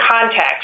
context